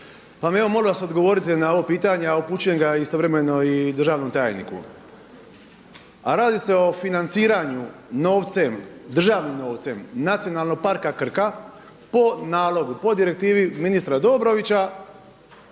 pa mi molim vas odgovorite na ovo pitanje, a upućujem ga istovremeno i državnom tajniku, a radi se o financiranju novcem državnim novcem Nacionalnog parka Krka po nalogu, po direktivi ministra Dobrovića